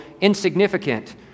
insignificant